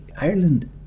Ireland